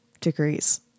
degrees